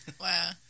Wow